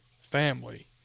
family